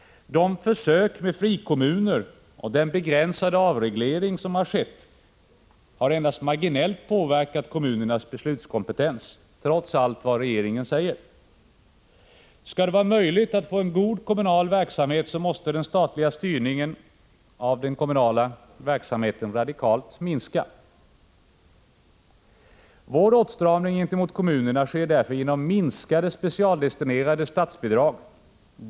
De försök med frikommuner och den begränsade avreglering som har skett har endast marginellt påverkat kommunernas beslutskompetens trots allt vad regeringen säger. Skall det vara möjligt att få en god kommunal verksamhet, måste den statliga styrningen av den kommunala verksamheten radikalt minska. Vår åtstramning gentemot kommunerna sker därför genom minskade specialdestinerade statsbidrag.